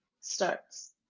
starts